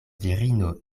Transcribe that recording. virino